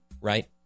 right